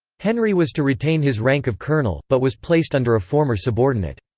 henry was to retain his rank of colonel, but was placed under a former subordinate.